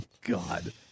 God